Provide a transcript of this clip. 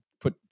put